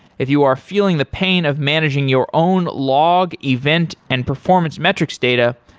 if you are feeling the pain of managing your own log, event and performance metrics data,